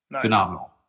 Phenomenal